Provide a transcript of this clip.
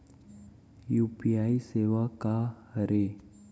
UPI सेवा का हरे?